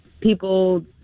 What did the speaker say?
people